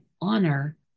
honor